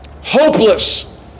hopeless